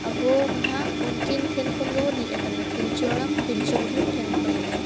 ᱟᱵᱚ ᱢᱟ ᱱᱟᱦᱟᱸᱜ ᱩᱱᱠᱤᱱ ᱴᱷᱮᱱ ᱠᱷᱚᱱ ᱜᱮᱵᱚᱱ ᱦᱮᱡ ᱟᱠᱟᱱᱟ ᱯᱤᱞᱪᱩ ᱦᱟᱲᱟᱢ ᱯᱤᱞᱪᱩ ᱵᱩᱰᱷᱤ ᱴᱷᱮᱱ ᱠᱷᱚᱱ ᱜᱮ